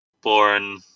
born